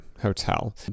Hotel